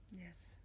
yes